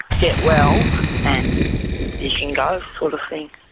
get well and you can go sort of thing.